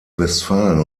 westfalen